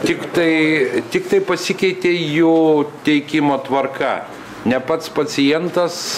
tiktai tiktai pasikeitė jų teikimo tvarka ne pats pacientas